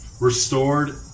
Restored